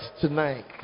tonight